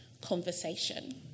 conversation